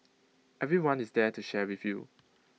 everyone is there to share with you